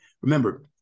Remember